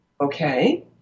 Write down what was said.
okay